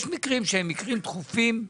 יש מקרים שהם מקרים דחופים,